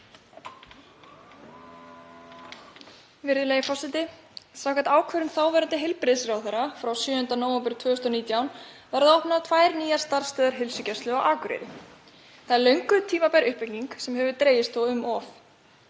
Virðulegi forseti. Samkvæmt ákvörðun þáverandi heilbrigðisráðherra frá 7. nóvember 2019 verða opnaðar tvær nýjar starfsstöðvar heilsugæslu á Akureyri. Það er löngu tímabær uppbygging sem hefur dregist um of.